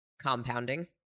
compounding